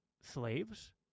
slaves